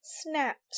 snapped